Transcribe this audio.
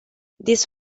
this